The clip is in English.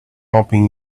bumping